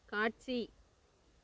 காட்சி